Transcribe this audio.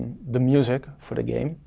the music for the game,